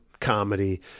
comedy